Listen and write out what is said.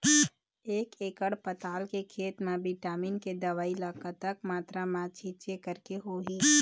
एक एकड़ पताल के खेत मा विटामिन के दवई ला कतक मात्रा मा छीचें करके होही?